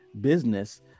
business